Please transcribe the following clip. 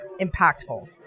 impactful